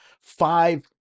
five